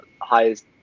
highest –